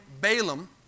Balaam